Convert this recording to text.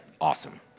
awesome